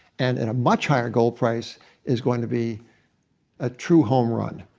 and at a much higher gold price is going to be a true home run.